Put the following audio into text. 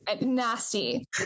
nasty